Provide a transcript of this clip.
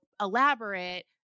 elaborate